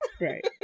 Right